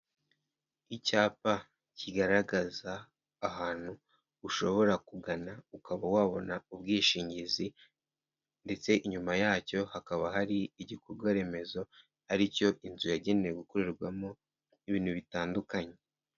Icyapa kigaragaza ahantu ushobora kugana ukaba wabona ubwishingizi ndetse inyuma yacyo hakaba hari igikorwaremezo aricyo inzu yagenewe gukorerwamo ibintu bitandukanye.